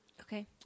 Okay